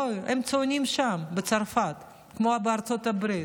בואו, הם שם, בצרפת, כמו בארצות הברית.